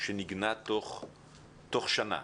שניגנה תוך שנה.